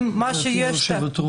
זו.